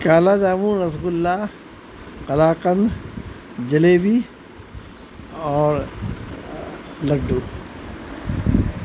کالا جامن رس گلہ کلاکند جلیبی اور لڈو